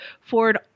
Ford